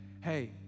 hey